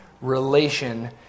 relation